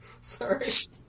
Sorry